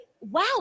wow